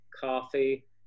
coffee